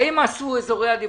עשו אזורי עדיפות?